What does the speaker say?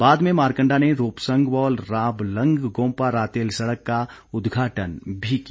बाद में मारकंडा ने रोपसंग व राबलंग गोंपा रातेल संडक का उद्घाटन भी किया